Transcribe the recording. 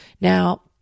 Now